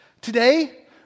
Today